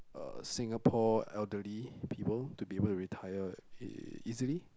uh Singapore elderly people to be able to retire eh easily